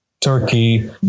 turkey